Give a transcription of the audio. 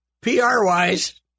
PR-wise